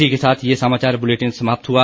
इसी के साथ ये समाचार बुलेटिन समाप्त हुआ